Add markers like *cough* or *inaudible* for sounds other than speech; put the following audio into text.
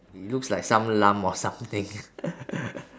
it looks like some lump or something *laughs*